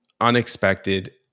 unexpected